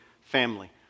family